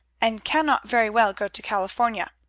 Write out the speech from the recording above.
and cannot very well go to california